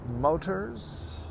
motors